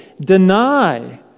deny